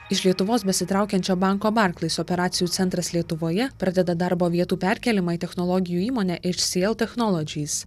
iš lietuvos besitraukiančio banko barklais operacijų centras lietuvoje pradeda darbo vietų perkėlimą į technologijų įmonę iš si el technolodžys